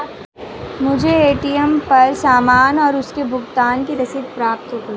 मुझे पे.टी.एम पर सामान और उसके भुगतान की रसीद प्राप्त हो गई है